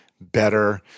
better